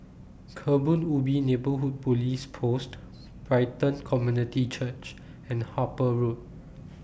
Kebun Ubi Neighbourhood Police Post Brighton Community Church and Harper Road